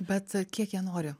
bet kiek jie nori